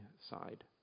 side